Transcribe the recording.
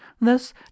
Thus